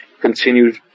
continued